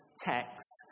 text